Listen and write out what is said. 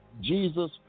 Jesus